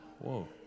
Whoa